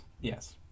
Yes